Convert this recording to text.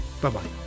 bye-bye